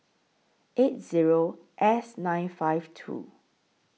eight Zero S nine five two